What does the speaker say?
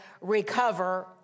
recover